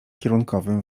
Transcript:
kierunkowym